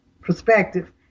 Perspective